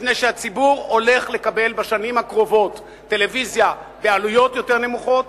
מפני שהציבור הולך לקבל בשנים הקרובות טלוויזיה בעלויות יותר נמוכות,